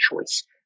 choice